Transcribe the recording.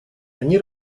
они